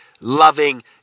loving